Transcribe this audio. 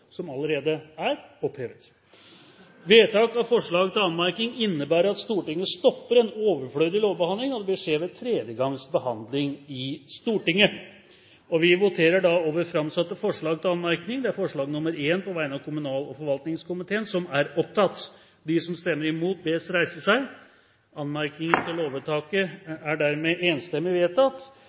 som allerede var opphevet. Vedtak av forslag til anmerkning innebærer at Stortinget stopper en overflødig lovbehandling, og det vil skje ved tredje gangs behandling i Stortinget. Det voteres da over det framsatte forslaget til anmerkning. Anmerkning til lovvedtaket er enstemmig vedtatt